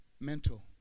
mental